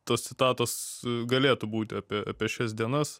tos citatos galėtų būti apie apie šias dienas